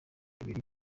ibiri